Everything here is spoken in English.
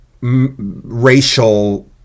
racial